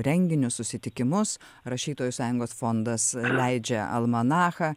renginius susitikimus rašytojų sąjungos fondas leidžia almanachą